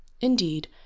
indeed